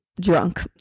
Drunk